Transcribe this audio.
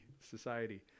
society